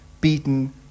beaten